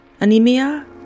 anemia